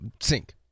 sink